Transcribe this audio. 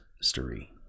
story